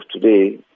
today